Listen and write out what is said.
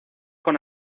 con